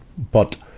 but,